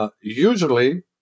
Usually